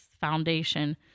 foundation